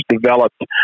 developed